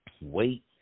Wait